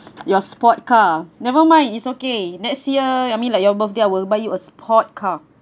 ya sport car never mind is okay next year I mean like your birthday I will buy you a sport car